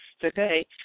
today